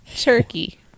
turkey